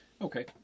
Okay